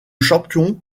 champion